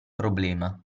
problema